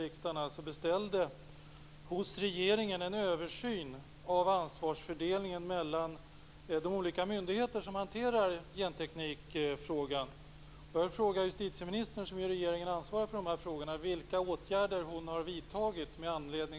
Riksdagen beställde hos regeringen en översyn av ansvarsfördelningen mellan de olika myndigheter som hanterar genteknikfrågan.